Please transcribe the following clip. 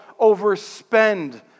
overspend